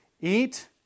Eat